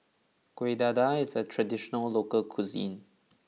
Kueh Dadar is a traditional local cuisine